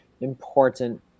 important